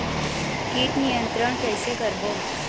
कीट नियंत्रण कइसे करबो?